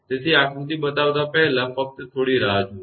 તેથી આ આકૃતિ બતાવતા પહેલાં ફક્ત થોડી રાહ જુઓ